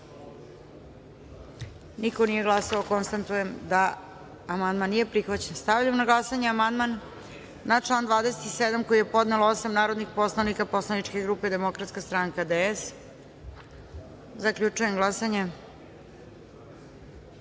nema, nije glasalo sedam. Konstatujem da amandman prihvaćen. Stavljam na glasanje amandman na član 6. koji je podnelo osam narodnih poslanika posleničke grupe Demokratska stranka DS.Zaključujem glasanje: